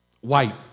white